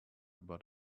but